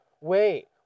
wait